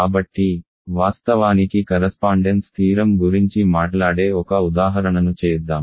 కాబట్టి వాస్తవానికి correspondence theorem గురించి మాట్లాడే ఒక ఉదాహరణను చేద్దాం